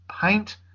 paint